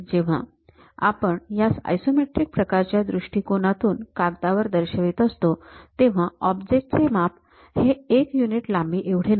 जेव्हा आपण यास आयसोमेट्रिक प्रोजेक्शन च्या दृष्टिकोनातून कागदावर दर्शवित असतो तेव्हा ऑब्जेक्ट चे माप हे एक युनिट लांबी एवढे नसते